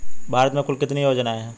भारत में कुल कितनी योजनाएं हैं?